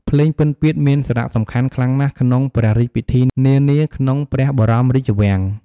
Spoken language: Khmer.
ភ្លេងពិណពាទ្យមានសារៈសំខាន់ខ្លាំងណាស់ក្នុងព្រះរាជពិធីនានាក្នុងព្រះបរមរាជវាំង។